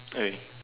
okay